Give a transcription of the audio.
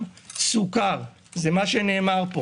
הנקודה הרביעית,